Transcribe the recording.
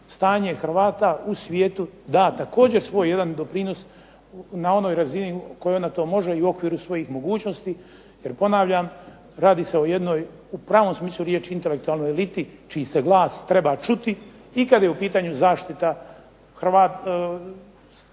stanje Hrvata u svijetu da također svoj jedan doprinos na onoj razini u kojoj ona to može i u okviru svojih mogućnosti. Jer ponavljam radi se o jednoj u pravom smislu riječi intelektualnoj eliti čiji se glas treba čuti i kad je u pitanju zaštita svih